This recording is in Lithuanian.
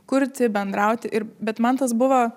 kurti bendrauti ir bet man tas buvo